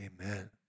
Amen